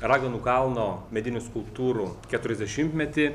raganų kalno medinių skulptūrų keturiasdešimtmetį